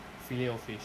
filet-O-fish